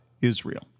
Israel